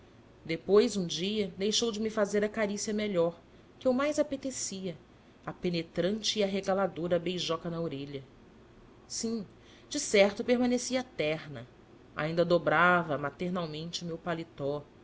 depois um dia deixou de me fazer a carícia melhor que eu mais apetecia a penetrante e a regaladora beijoca na orelha sim decerto permanecia terna ainda dobrava maternalmente o meu paletó